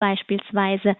beispielsweise